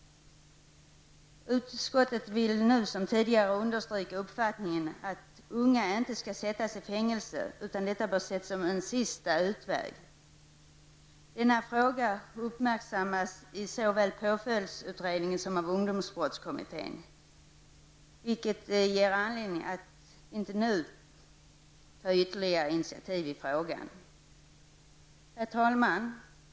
Utskottet vill nu som tidigare understryka uppfattningen att unga inte skall sättas i fängelse utan att detta bör ses som en sista utväg. Denna fråga uppmärksammas såväl i påföljdsutredningen som av ungdomsbrottskommittén, vilket är en anledning att inte nu ta ytterligare initiativ i frågan. Herr talman!